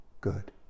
good